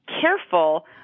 careful